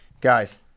Guys